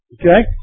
Okay